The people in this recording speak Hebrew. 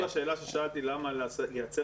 מה קשור לשאלה ששאלתי למה לייצר